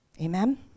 Amen